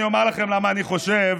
אני אומר לכם למה אני חושב,